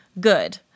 good